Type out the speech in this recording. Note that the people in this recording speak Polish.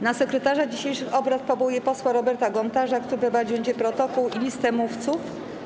Na sekretarza dzisiejszych obrad powołuję posła Roberta Gontarza, który prowadzić będzie protokół i listę mówców.